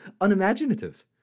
unimaginative